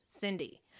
Cindy